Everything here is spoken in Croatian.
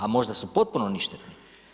A možda su potpuno ništetni.